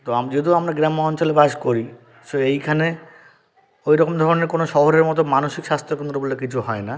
তো যেহেতু আমরা গ্রাম্য অঞ্চলে বাস করি সো এইখানে ওই রকম ধরনের কোনো শহরের মতো মানসিক স্বাস্থ্যকেন্দ্র বলে কিছু হয় না